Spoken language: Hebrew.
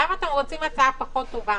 למה אתם רוצים הצעה פחות טובה?